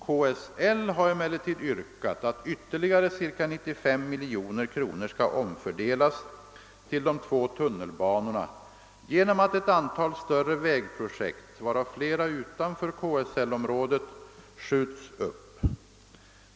KSL har emellertid yrkat att ytterligare ca 95 miljoner kronor skall omfördelas till de två tunnelbanorna genom att ett antal större vägprojekt — varav flera utanför KSL-området — skjuts upp.